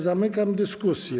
Zamykam dyskusję.